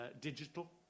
digital